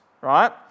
right